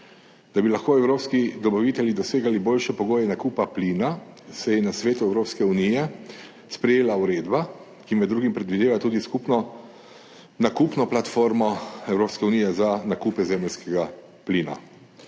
Da bi lahko evropski dobavitelji dosegali boljše pogoje nakupa plina, se je na Svetu Evropske unije sprejela uredba, ki med drugim predvideva tudi skupno nakupno platformo Evropske unije za nakupe zemeljskega plina.